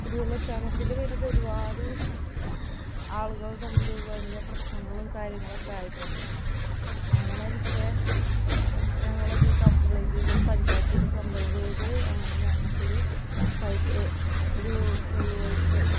കുടിവെള്ള ക്ഷാമത്തിൻ്റെ പേരിൽ ഒരുപാട് ആളുകൾ തമ്മിൽ ഭയങ്കര പ്രശ്നങ്ങളും കാര്യങ്ങളുമൊക്കെ ആയിട്ടുണ്ട് അങ്ങനെ ഇരിക്കെ ഞങ്ങൾ അത് കംപ്ലൈൻ്റ് ചെയ്തു പഞ്ചായത്തില് കംപ്ലൈൻ്റ് ചെയ്ത് അങ്ങനെ ഞങ്ങൾക്ക് ഒരു പൈപ്പ് ഒരു പൊതു പൈപ്പ്